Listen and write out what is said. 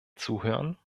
zuhören